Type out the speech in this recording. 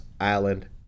Island